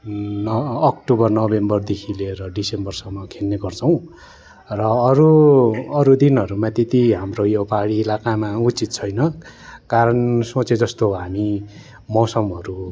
न अक्टोबर नोभेम्बरदेखि लिएर डिसम्बरसम्म खेल्ने गर्छौँ र अरू अरू दिनहरूमा त्यति हाम्रो यो पाहाडी इलाकामा उचित छैन कारण सोचेजस्तो हामी मौसमहरू